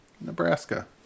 Nebraska